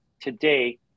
today